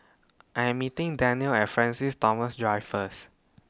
I'm meeting Danielle At Francis Thomas Drive First